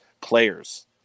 players